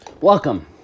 Welcome